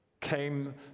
came